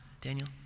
Daniel